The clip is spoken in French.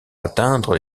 atteindre